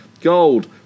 Gold